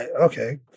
okay